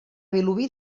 vilobí